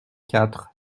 quatre